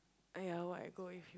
!aiya! what I go with you